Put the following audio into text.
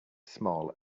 small